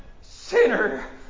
sinner